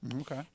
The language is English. Okay